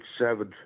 seven